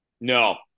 No